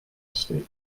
estate